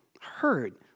heard